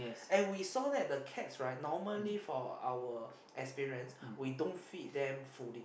and we saw that the cats right normally for our experience we don't feed them fully